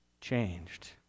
changed